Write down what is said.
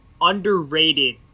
underrated